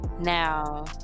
Now